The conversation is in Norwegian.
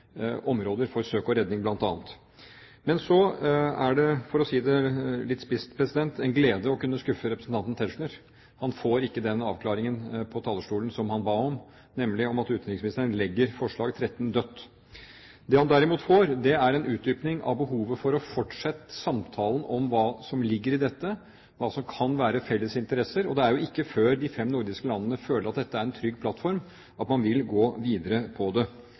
områder for søk og redning, bl.a. Så er det, for å si det litt spisst, en glede å kunne skuffe representanten Tetzschner. Han får ikke den avklaringen på talerstolen som han ba om, nemlig om hvorvidt utenriksministeren legger forslag nr. 13 dødt. Det han derimot får, er en utdypning av behovet for å fortsette samtalen om hva som ligger i dette, og hva som kan være felles interesser. Og det er ikke før de fem nordiske landene føler at dette er en trygg plattform, at man vil gå videre med det.